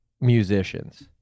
musicians